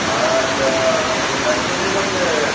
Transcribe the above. আচ্ছা আমি সাইকেল নিতাম যে